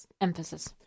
emphasis